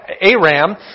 Aram